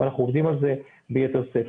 אנחנו עובדים על זה ביתר שאת.